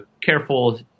careful